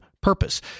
purpose